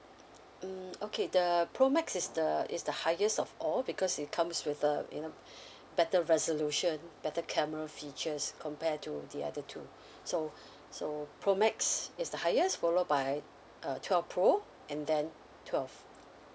mm okay the the pro max is the is the highest of all because it comes with a you know better resolution better camera features compare to the other two so so pro max is the highest followed by uh twelve pro and then twelve